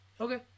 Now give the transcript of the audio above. Okay